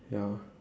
ya